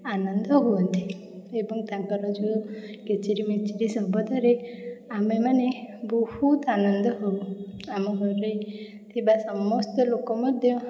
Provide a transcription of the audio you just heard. ଆନନ୍ଦ ହୁଅନ୍ତି ଏବଂ ତାଙ୍କର ଯେଉଁ କିଚିରିମିଚିରି ଶବଦରେ ଆମେମାନେ ବହୁତ ଆନନ୍ଦ ହେଉ ଆମ ଘରେ ଥିବା ସମସ୍ତ ଲୋକ ମଧ୍ୟ